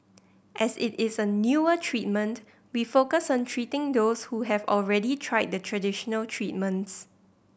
as it is a newer treatment we focus on treating those who have already tried the traditional treatments